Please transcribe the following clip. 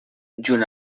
junt